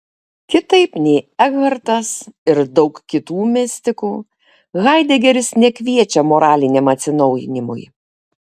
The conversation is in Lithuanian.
kitaip nei ekhartas ir daug kitų mistikų haidegeris nekviečia moraliniam atsinaujinimui